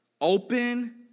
open